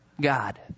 God